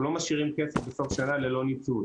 אנחנו לא משאירים כסף בסוף שנה ללא ניצול.